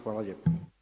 Hvala lijepo.